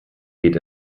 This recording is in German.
geht